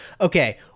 okay